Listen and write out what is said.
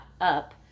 up